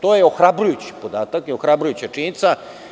To je ohrabrujući podatak i ohrabrujuća činjenica.